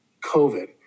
COVID